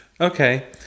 Okay